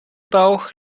bauch